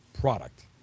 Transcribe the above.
product